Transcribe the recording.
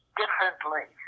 differently